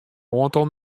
oantal